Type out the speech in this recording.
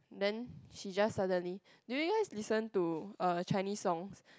then she just suddenly do you guys listen to uh Chinese songs